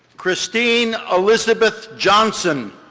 christine elizabeth johnson,